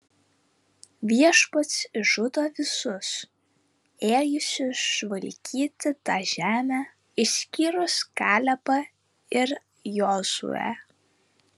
viešpats išžudo visus ėjusius žvalgyti tą žemę išskyrus kalebą ir jozuę